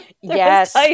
Yes